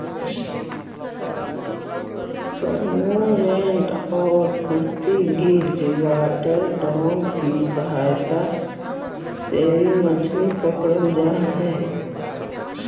cormorant और Portuguese water dog की सहायता से भी मछली पकड़रल जा हई